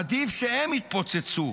עדיף שהם יתפוצצו,